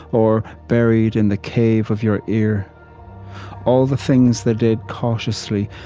or buried in the cave of your ear all the things they did cautiously,